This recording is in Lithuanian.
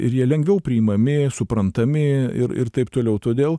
ir jie lengviau priimami suprantami ir ir taip toliau todėl